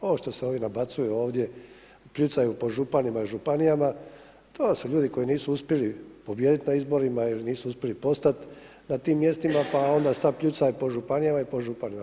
Ovo što se ovi nabacuju ovdje, pljucaju po županima i županijama to su ljudi koji nisu uspjeli pobijediti na izborima ili nisu uspjeli postati na tim mjestima pa onda sada pljucaju po županijama i po županima.